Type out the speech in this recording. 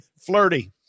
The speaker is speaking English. Flirty